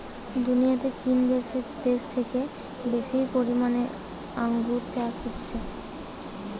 দুনিয়াতে চীন দেশে থেকে বেশি পরিমাণে আঙ্গুর চাষ হচ্ছে